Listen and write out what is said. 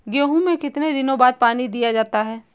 गेहूँ में कितने दिनों बाद पानी दिया जाता है?